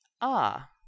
Ah